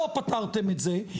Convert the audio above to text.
לא פתרתם את זה,